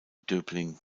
döbling